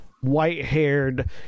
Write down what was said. white-haired